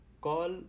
call